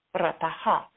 rataha